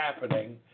happening